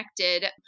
connected